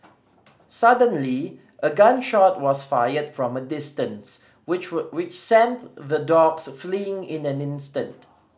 suddenly a gun shot was fired from a distance which hold which sent the dogs fleeing in the instant